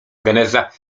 geneza